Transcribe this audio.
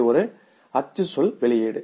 இது ஒரு அச்சு சொல் வெளியீடு